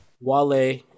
Wale